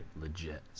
Legit